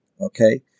okay